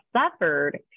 suffered